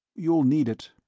you'll need it.